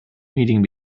meeting